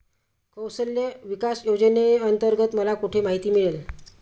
कौशल्य विकास योजनेअंतर्गत मला कुठे माहिती मिळेल?